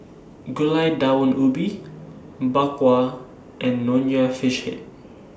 Gulai Daun Ubi Bak Kwa and Nonya Fish Head